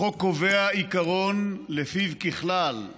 החוק קובע עיקרון שלפיו ככלל,